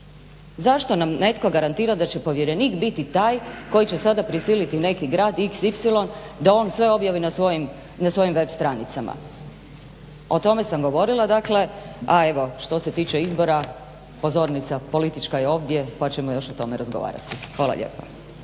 Zašto nam netko garantira da će povjerenik biti taj koji će sada prisiliti neki grad xy da on sve objavi na svojim web stranicama. O tome sam govorila dakle, a što se tiče izbora, pozornica politička je ovdje pa ćemo o tome još razgovarati. Hvala lijepa.